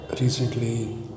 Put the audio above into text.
recently